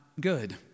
good